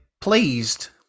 pleased